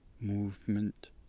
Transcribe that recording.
movement